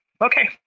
okay